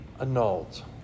annulled